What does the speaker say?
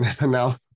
now